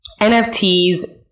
NFTs